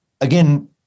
again